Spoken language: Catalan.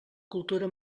cultura